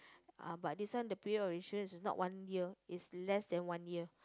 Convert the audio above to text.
ah but this one the period of insurance is not one year it's less than one year